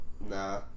Nah